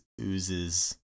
oozes